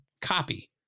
copy